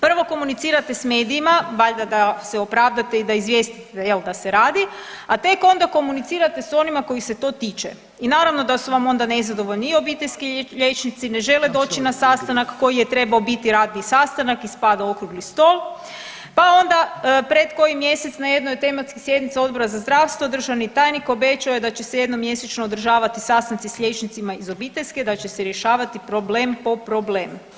Prvo komunicirate s medijima valjda da se opravdate i da izvijestite jel da se radi, a tek onda komunicirate s onima kojih se to tiče i naravno da su vam onda nezadovoljni i obiteljski liječnici, ne žele doći na sastanak koji je trebao biti radni sastanak, ispada okrugli stol, pa onda pred koji mjesec na jednoj od tematskih sjednica Odbora za zdravstvo državni tajnik obećao je da će se jednom mjesečno održavati sastanci s liječnicima iz obiteljske da će se rješavati problem po problem.